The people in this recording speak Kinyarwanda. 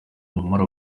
mama